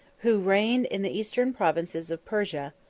who reigned in the eastern provinces of persia,